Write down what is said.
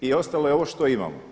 I ostalo je ovo što imamo.